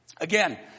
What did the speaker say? Again